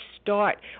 start